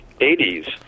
80s